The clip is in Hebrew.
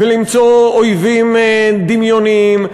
ולמצוא אויבים דמיוניים,